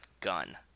gun